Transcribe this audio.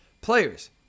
Players